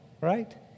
Right